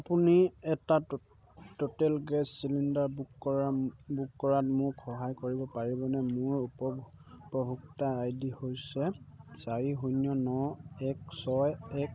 আপুনি এটা total gas cylinder book কৰাত বুক কৰাত মোক সহায় কৰিব পাৰিবনে মোৰ উপভোক্তা আই ডি হৈছে চাৰি শূন্য ন এক ছয় এক